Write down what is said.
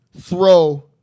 throw